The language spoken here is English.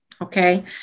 Okay